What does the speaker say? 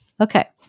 Okay